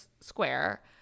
square